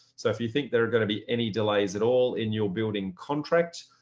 so if you think there are going to be any delays at all in your building contract